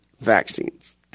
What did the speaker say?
vaccines